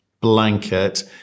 Blanket